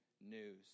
news